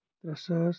ترٛے ساس